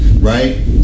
right